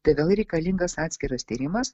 tai vėl reikalingas atskiras tyrimas